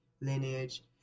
lineage